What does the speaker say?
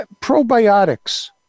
probiotics